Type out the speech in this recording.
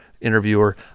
interviewer